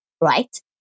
right